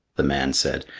the man said,